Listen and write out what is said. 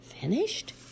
Finished